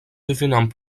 devenant